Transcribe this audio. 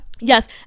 yes